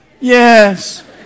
Yes